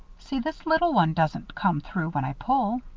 see, this little one doesn't come through when i pull.